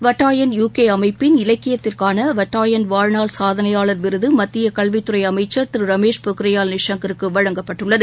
Vatayan UK அமைப்பின் இலக்கியத்திற்கான வடாயன் வாழ்நாள் சாதனையாளர் விருது மத்திய கல்வித்குறை அமைச்சர் திரு ரமேஷ் பொக்ரியால் நிஷாங்கிற்கு வழங்கப்பட்டுள்ளது